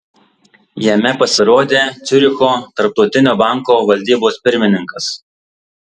jame pasirodė ciuricho tarptautinio banko valdybos pirmininkas